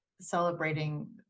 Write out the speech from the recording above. celebrating